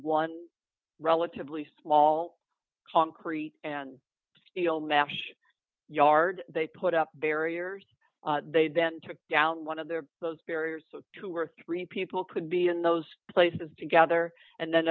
one relatively small concrete and steel mesh yard they put up barriers they then took down one of the those barriers so two or three people could be in those places together and then